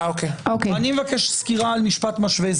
אני מבקש סקירה על משפט משווה.